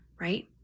right